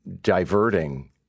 diverting